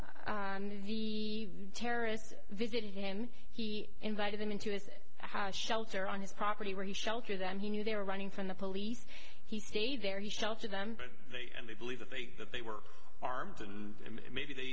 and the terrorists visiting him he invited them into his shelter on his property where he shelter them he knew they were running from the police he stayed there he shelter them but they and they believe that they that they were armed and maybe they